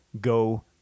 go